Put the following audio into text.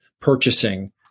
purchasing